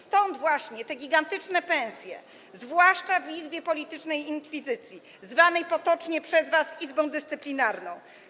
Stąd właśnie te gigantyczne pensje, zwłaszcza w izbie politycznej inkwizycji, zwanej potocznie przez was Izbą Dyscyplinarną.